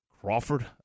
Crawford